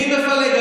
מי מפלג?